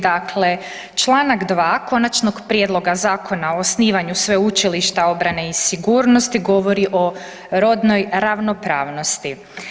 Dakle, čl. 2. Konačnog prijedloga Zakona o osnivanju Sveučilišta obrane i sigurnosti govori o rodnoj ravnopravnosti.